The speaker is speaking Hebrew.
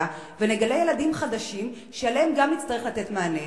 ונגלה ילדים חדשים שגם להם נצטרך לתת מענה.